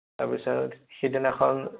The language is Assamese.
তাৰ পিছত সেইদিনাখন